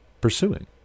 pursuing